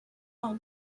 all